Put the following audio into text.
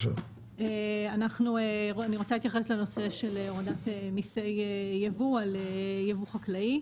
אני רוצה להתייחס לנושא של הורדת מיסי ייבוא על ייבוא חקלאי.